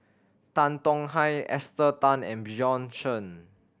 Tan Tong Hye Esther Tan and Bjorn Shen